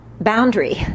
boundary